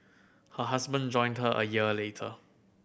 her husband joined her a year later